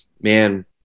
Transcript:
man